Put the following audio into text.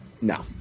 No